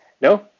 No